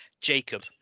Jacob